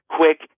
quick